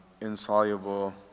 insoluble